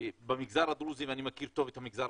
במגזר הדרוזי ואני מכיר אותו היטב,